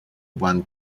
won